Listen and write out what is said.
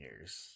years